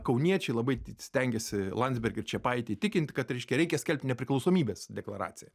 kauniečiai labai stengėsi landsbergį ir čepaitį įtikint kad reiškia reikia skelbti nepriklausomybės deklaraciją